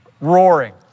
roaring